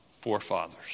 forefathers